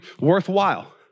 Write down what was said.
worthwhile